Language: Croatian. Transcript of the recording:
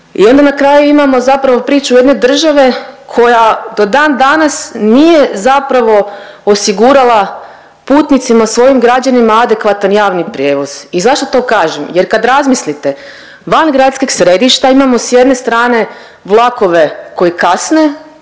i onda na kraju imamo zapravo priču jedne države koja do dandanas nije zapravo osigurala putnicima, svojim građanima, adekvatan javni prijevoz. I zašto to kažem? Jer kad razmislite, van gradskih središta imamo s jedne strane vlakove koji kasne,